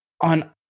On